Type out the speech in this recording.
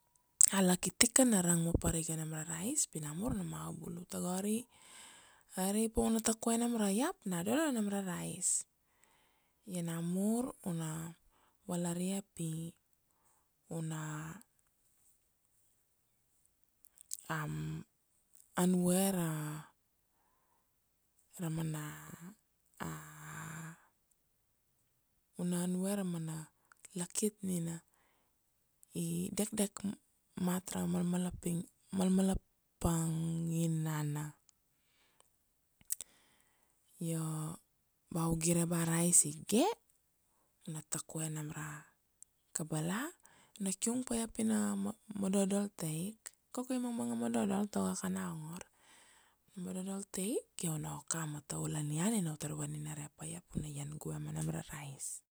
A lakit ika rang vaparika nam ra rice pi namur na mau bulu togo ari ari pai una tak nam ra iap na dodo nam ra rice io namur una valaria pi una anvue ra ra mana una anvue lakit nina i dekdek mat ra malmalaping malmalapang ngi nana io ba u gire ba rice ge una takvue nam ra kabala una kiung pa ia pina ma madodol taik koko imana madodol togo kana ongor madodol taik io una oka ma toulia nian nina u tar vaninare pa ia puna ian gue ma nom ra rice,